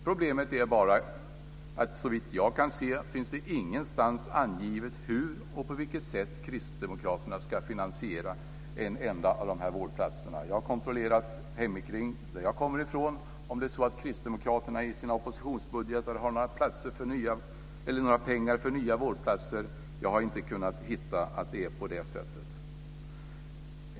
Problemet är bara att, såvitt jag kan se, det inte någonstans finns angivet hur och på vilket sätt kristdemokraterna ska finansiera en enda av dessa vårdplatser. Jag har på min hemort kontrollerat om kristdemokraterna i sina oppositionsbudgetar har några pengar för nya vårdplatser. Men jag har inte kunnat se att det är på det sättet.